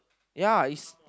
ya is